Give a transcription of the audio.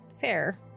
fair